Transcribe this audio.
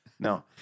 No